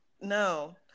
No